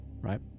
right